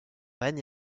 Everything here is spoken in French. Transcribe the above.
règne